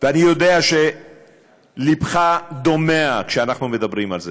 ואני יודע שלבך דומע כשאנחנו מדברים על זה: